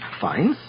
fines